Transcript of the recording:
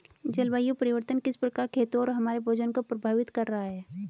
जलवायु परिवर्तन किस प्रकार खेतों और हमारे भोजन को प्रभावित कर रहा है?